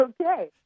okay